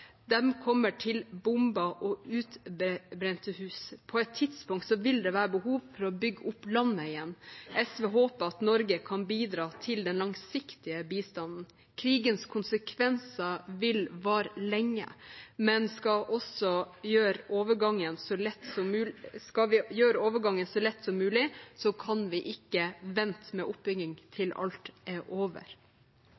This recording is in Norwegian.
kommer til bombede og utbrente hus. På et tidspunkt vil det være behov for å bygge landet opp igjen. SV håper at Norge kan bidra til den langsiktige bistanden. Krigens konsekvenser vil vare lenge, men skal vi gjøre overgangen så lett som mulig, kan vi ikke vente med oppbygging til alt er over. Ukrainas økonomi har kollapset som